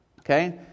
Okay